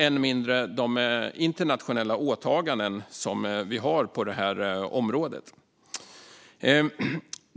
Än mindre klarar vi de internationella åtaganden som vi har på detta område.